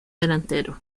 delantero